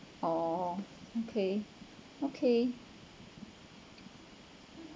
oh okay okay